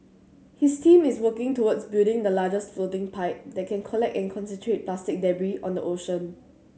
his team is working towards building the largest floating pipe that can collect and concentrate plastic debris on the ocean